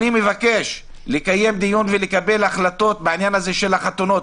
אני מבקש לקיים דיון ולקבל החלטות בעניין החתונות.